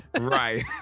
Right